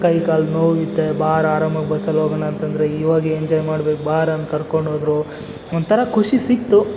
ಕೈಕಾಲು ನೋಯುತ್ತೆ ಬಾ ಆರಾಮಾಗಿ ಬಸ್ಸಲ್ಲಿ ಹೋಗೋಣಾಂತಂದರೆ ಇವಾಗ ಎಂಜಾಯ್ ಮಾಡ್ಬೇಕು ಬಾರೋ ಅಂತ ಕರ್ಕೊಂಡೋದ್ರು ಒಂಥರ ಖುಷಿ ಸಿಕ್ತು